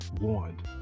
warned